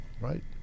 right